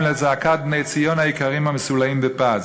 לזעקת בני ציון היקרים המסולאים בפז.